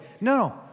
No